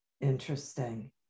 Interesting